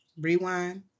Rewind